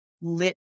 lit